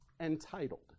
Entitled